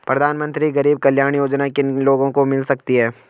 प्रधानमंत्री गरीब कल्याण योजना किन किन लोगों को मिल सकती है?